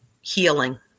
healing